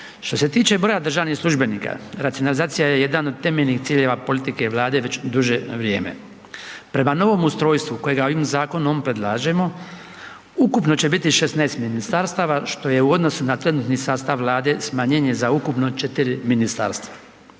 Što se tiče broja državnih službenika, racionalizacija je jedan od temeljnih ciljeva politike vlade već duže vrijeme. Prema novom ustrojstvu kojega ovim zakonom predlažemo, ukupno će biti 16 ministarstava, što je u odnosu na trenutni sastav vlade smanjenje za ukupno 4 ministarstva.